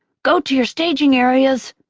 go to your staging areas.